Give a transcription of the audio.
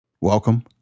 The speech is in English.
Welcome